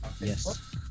Yes